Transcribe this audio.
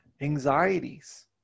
Anxieties